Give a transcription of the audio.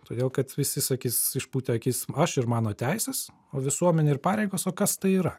todėl kad visi sakys išpūtę akis aš ir mano teisės o visuomenė ir pareigos o kas tai yra